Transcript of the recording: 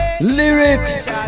Lyrics